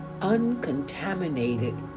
uncontaminated